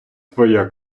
твоя